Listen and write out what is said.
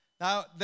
Now